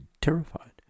terrified